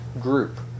group